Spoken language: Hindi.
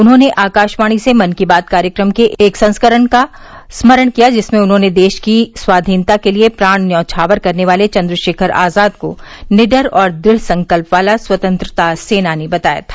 उन्होंने आकाशवाणी से मन की बात कार्यक्रम के एक संस्करण का स्मरण किया जिसमें उन्होंने देश की स्वाधीनता के लिए प्राण न्यौषावर करने वाले चन्द्रशेखर आजाद को निडर और दृढ संकल्प वाला स्वतंत्रता सेनानी बताया था